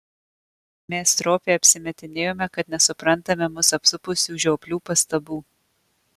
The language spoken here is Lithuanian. mes stropiai apsimetinėjome kad nesuprantame mus apsupusių žioplių pastabų